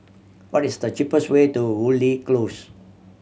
what is the cheapest way to Woodleigh Close